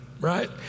Right